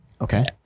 okay